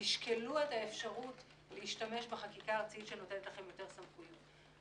תשקלו את האפשרות להשתמש בחקיקה ארצית שנותנת לכן יותר סמכויות.